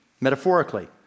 metaphorically